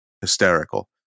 hysterical